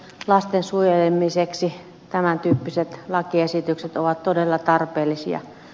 lasten suojelemiseksi tämän tyyppiset lakiesitykset ovat todella tarpeellisia